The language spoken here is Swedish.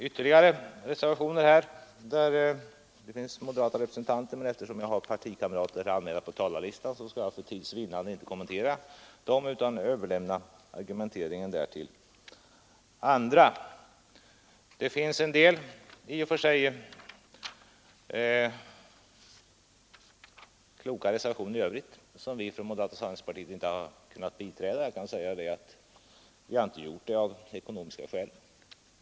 Moderata representanter står antecknade på ytterligare reservationer, men eftersom jag har partikamrater anmälda på talarlistan skall jag för tids vinnande inte kommentera dessa reservationer utan överlämna argumenteringen till andra. Det finns en del i och för sig kloka reservationer i övrigt som vi från moderata samlingspartiets sida inte velat biträda av ekonomiska skäl.